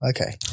Okay